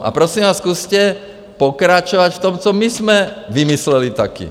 A prosím vás, zkuste pokračovat v tom, co my jsme vymysleli také.